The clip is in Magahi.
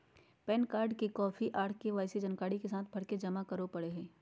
पैन कार्ड के कॉपी आर के.वाई.सी जानकारी के साथ भरके जमा करो परय हय